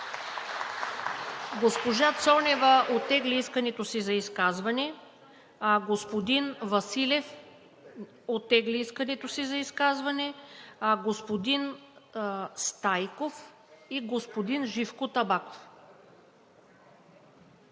Госпожа Цонева оттегли искането си за изказване. Господин Василев оттегли искането си за изказване. Остават господин Стайков и господин Живко Табаков.